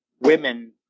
women